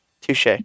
touche